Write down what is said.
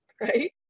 Right